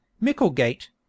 Micklegate